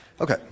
Okay